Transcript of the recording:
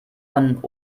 von